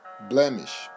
blemish